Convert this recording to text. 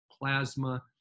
plasma